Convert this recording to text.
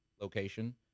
location